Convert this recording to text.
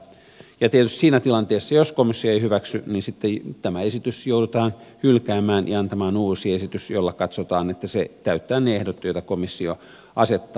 tietysti siinä tilanteessa jos komissio ei hyväksy tämä esitys joudutaan hylkäämään ja antamaan uusi esitys josta katsotaan että se täyttää ne ehdot joita komissio asettaa